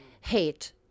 hate